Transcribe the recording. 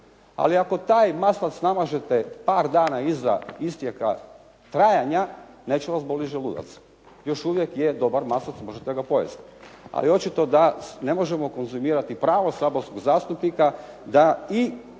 ali ako taj maslac namažete par dana iza isteka trajanja neće vas boliti želudac, još uvijek je dobar maslac i možete ga pojesti. Ali očito da ne možemo konzumirati pravo saborskog zastupnika da i